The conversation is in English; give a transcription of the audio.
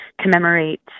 commemorate